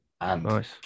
Nice